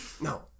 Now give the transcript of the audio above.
No